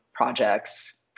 projects